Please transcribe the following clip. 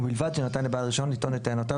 ובלבד שנתן לבעל הרישיון לטעון את טענותיו